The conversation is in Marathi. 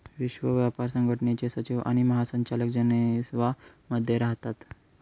विश्व व्यापार संघटनेचे सचिव आणि महासंचालक जनेवा मध्ये राहतात